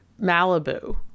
Malibu